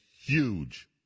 huge